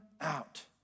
out